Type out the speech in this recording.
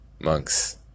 monks